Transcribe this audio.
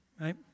right